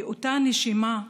באותה נשימה,